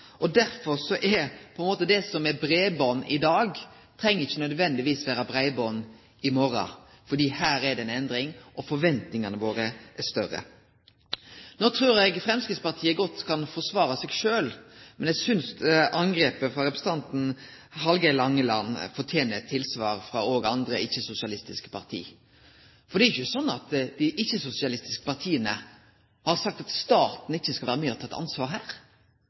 stadigheit. Derfor er det slik at det som er breiband i dag, ikkje nødvendigvis treng å vere breiband i morgon, for her er det ei endring, og forventningane våre er større. No trur eg Framstegspartiet godt kan forsvare seg sjølv, men eg synest angrepet frå representanten Hallgeir H. Langeland fortener eit tilsvar òg frå andre ikkje-sosialistiske parti. For det er ikkje slik at dei ikkje-sosialistiske partia har sagt at staten ikkje skal vere med og ta eit ansvar her.